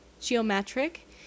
geometric